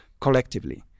collectively